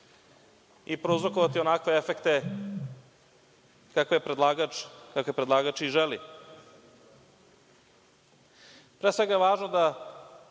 i prouzrokovati onakve efekte kakve predlagač i želi. Pre